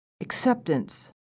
acceptance